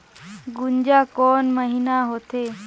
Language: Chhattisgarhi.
गुनजा कोन महीना होथे?